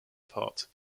part